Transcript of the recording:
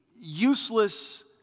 useless